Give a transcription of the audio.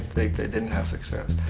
they didn't have success.